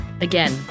again